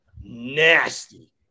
nasty